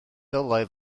dylai